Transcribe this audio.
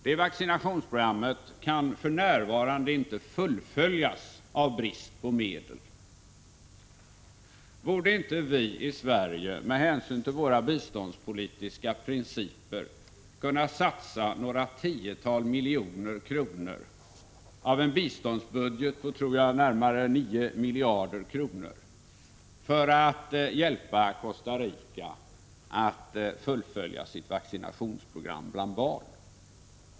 Det programmet kan för närvarande inte fullföljas av brist på medel. Borde inte vi i Sverige — med hänsyn till våra biståndspolitiska principer — kunna satsa några tiotal miljoner av en biståndsbudget på närmare 9 miljarder för att hjälpa Costa Rica att fullfölja sitt vaccinationsprogram bland barn?